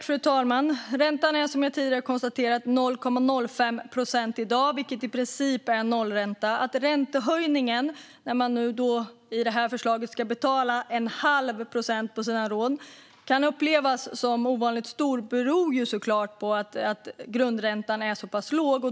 Fru talman! Dagens ränta är som jag tidigare konstaterat 0,05 procent, vilket i princip är nollränta. Att den föreslagna höjningen av räntan till en halv procent kan upplevas som dramatiskt stor beror såklart på att grundräntan är så låg.